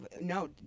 No